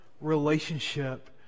relationship